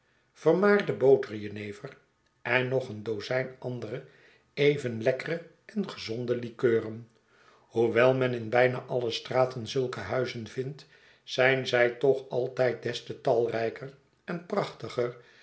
vermaarde boter jenever en nog een dozijn andere even lekkere en gezonde likeuren hoewel men in byna alle straten zulke huizen vindt zijn zij toch alt ij d des te talrijker en prach